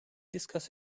discuss